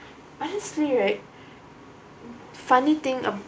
honestly right funny thing um